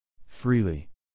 freely